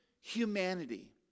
humanity